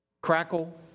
crackle